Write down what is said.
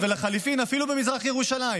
ולחלופין אפילו במזרח ירושלים,